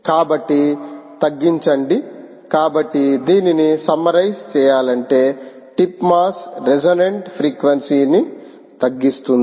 కాబట్టి తగ్గించండి కాబట్టి దీనిని సమ్మరైజ్ చెయలంటే టిప్ మాస్ రెసోనెంట్ ఫ్రీక్వెన్సీ ని తగ్గిస్తుంది